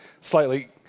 slightly